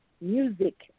music